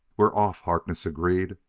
we're off! harkness agreed.